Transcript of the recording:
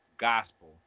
gospel